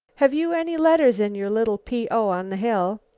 have you any letters in your little p. o. on the hill?